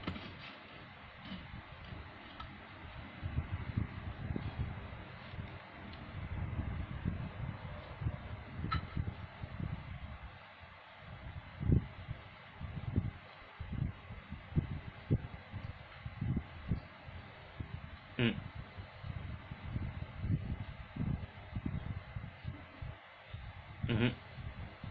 hmm mmhmm